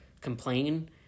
complain